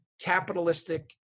capitalistic